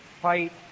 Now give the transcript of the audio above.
fight